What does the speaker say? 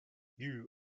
you